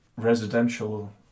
residential